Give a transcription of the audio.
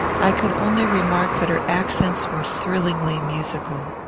i could only remark that her accents were thrillingly musical.